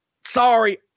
Sorry